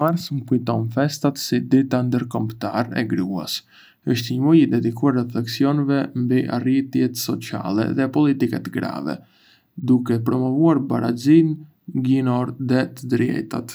Mars më kujton festat si Dita Ndërkombëtare e Gruas. Është një muaj i dedikuar refleksioneve mbi arritjet sociale dhe politike të grave, duke promovuar barazinë gjinore dhe të drejtat.